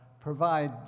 provide